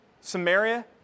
Samaria